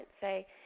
say